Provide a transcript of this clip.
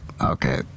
Okay